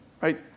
right